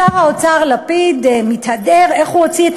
שר האוצר לפיד מתהדר איך הוא הוציא את